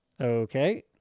Okay